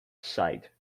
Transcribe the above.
site